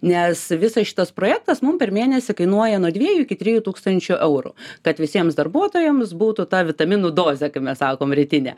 nes visas šitas projektas mum per mėnesį kainuoja nuo dviejų iki trijų tūkstančių eurų kad visiems darbuotojams būtų ta vitaminų dozė kaip mes sakom rytinė